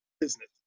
business